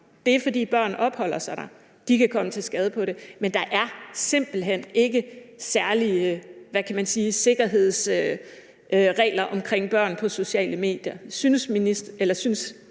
Det er, fordi børn opholder sig der og kan komme til skade der. Men der er simpelt hen ikke særlige sikkerhedsregler omkring børn på sociale medier. Synes ordføreren